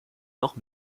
noch